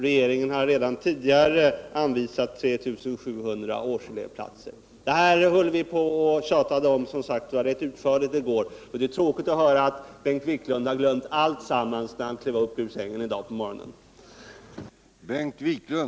Regeringen har redan tidigare anvisat 3 700 årselevplatser. Detta höll vi på och tjatade rätt utförligt om i går, och det är tråkigt att höra att Bengt Wiklund hade glömt alltsammans när han klev upp ur sängen i dag på morgonen.